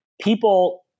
people